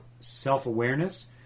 self-awareness